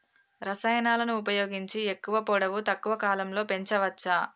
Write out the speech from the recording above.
రసాయనాలను ఉపయోగించి ఎక్కువ పొడవు తక్కువ కాలంలో పెంచవచ్చా?